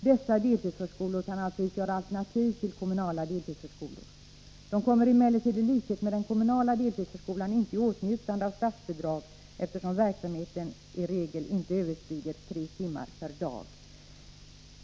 Dessa deltidsförskolor kan alltså utgöra alternativ till kommunala deltidsförskolor. De kommer emellertid i likhet med den kommunala deltidsförskolan inte i åtnjutande av statsbidrag eftersom verksamheten i regel inte överstiger tre timmar per dag ———.